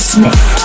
Smith